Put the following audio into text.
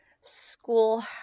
school